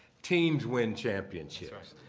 teams when championships.